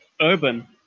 urban